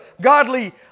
godly